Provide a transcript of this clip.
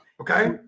Okay